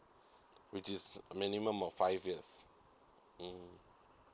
which is a minimum of five years mmhmm